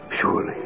surely